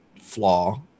flaw